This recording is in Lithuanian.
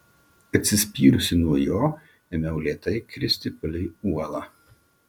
atsispyrusi nuo jo ėmiau lėtai kristi palei uolą